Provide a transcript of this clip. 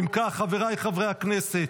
אם כך, חבריי חברי הכנסת,